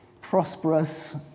prosperous